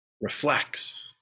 reflects